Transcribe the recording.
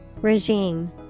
Regime